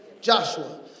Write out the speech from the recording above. Joshua